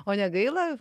o negaila